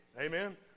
Amen